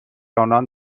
آنان